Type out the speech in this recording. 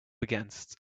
against